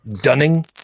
Dunning